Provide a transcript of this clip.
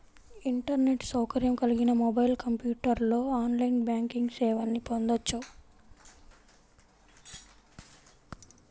internet సౌకర్యం కలిగిన mobile, కంప్యూటర్లో ఆన్లైన్ బ్యాంకింగ్ సేవల్ని పొందొచ్చు